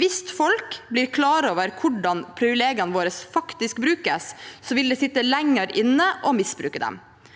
Hvis folk blir klar over hvordan privilegiene våre faktisk brukes, vil det sitte lenger inne å misbruke dem.